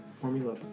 formula